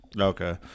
okay